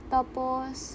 Tapos